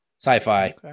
sci-fi